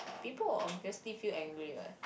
people obviously feel angry what